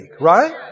Right